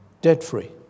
debt-free